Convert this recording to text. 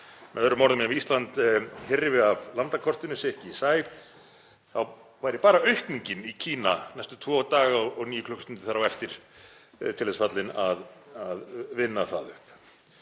Með öðrum orðum: Ef Ísland hyrfi af landakortinu, sykki í sæ, þá væri bara aukningin í Kína næstu tvo daga og níu klukkustundir þar á eftir til þess fallin að vinna það upp.